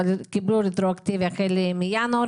אבל קיבלו רטרואקטיבית החל מינואר,